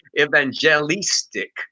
evangelistic